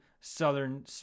Southern